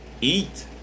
Eat